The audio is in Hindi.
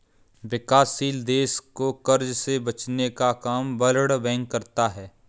विकासशील देश को कर्ज से बचने का काम वर्ल्ड बैंक करता है